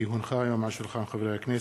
כי הונחה היום על שולחן הכנסת,